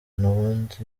ubundi